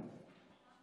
חבל על